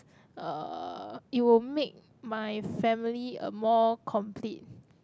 uh it will make my family a more complete